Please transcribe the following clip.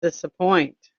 disappoint